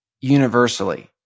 universally